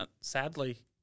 sadly